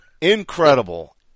incredible